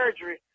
surgery